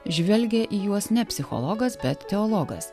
žvelgia į juos ne psichologas bet teologas